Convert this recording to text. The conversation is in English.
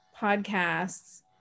podcasts